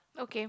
okay